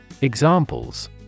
Examples